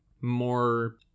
more